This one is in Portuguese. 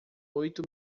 oito